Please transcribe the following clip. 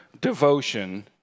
devotion